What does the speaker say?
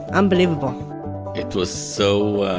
unbelievable it was so